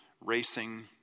racing